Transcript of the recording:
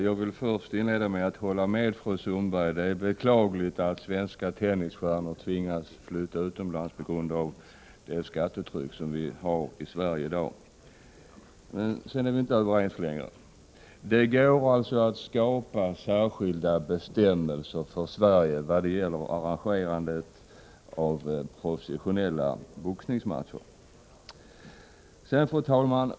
Fru talman! Jag vill inleda med att hålla med fru Sundberg. Det är beklagligt att svenska tennisspelare tvingas flytta utomlands på grund av det skattetryck som vi har i Sverige i dag. Men sedan är vi inte överens längre. Det går att skapa särskilda bestämmelser för Sverige vad gäller arrangerande av professionella boxningsmatcher.